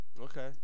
okay